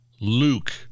Luke